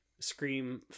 Scream